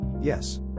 Yes